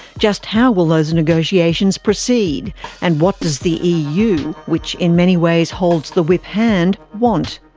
just how will those negotiations proceed and what does the eu, which in many ways holds the whip hand, want?